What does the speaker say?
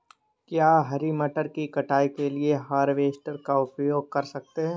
क्या मटर की कटाई के लिए हार्वेस्टर का उपयोग कर सकते हैं?